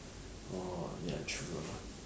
orh ya true ah